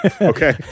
Okay